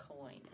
coin